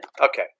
Okay